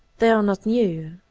they are not new,